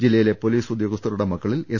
ജില്ലയിലെ പൊലീസ് ഉദ്യോഗസ്ഥരുടെ മക്കളിൽ എസ്